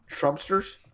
Trumpsters